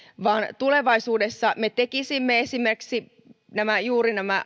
vaan tulevaisuudessa me tekisimme esimerkiksi juuri nämä